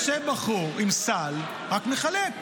יושב בחור עם סל, רק מחלק.